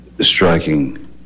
striking